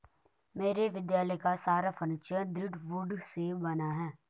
मेरे विद्यालय का सारा फर्नीचर दृढ़ वुड से बना है